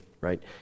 right